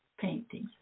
paintings